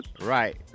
Right